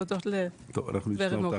תודות לגב' מורגנשטרן.